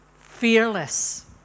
fearless